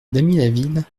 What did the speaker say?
damilaville